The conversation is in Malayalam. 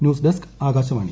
ന്യൂസ്ഡെസ്ക് ആകാശവാണി